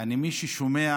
יעני מי ששומע